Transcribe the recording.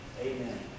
amen